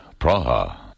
Praha